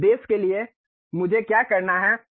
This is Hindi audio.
उस उद्देश्य के लिए मुझे क्या करना है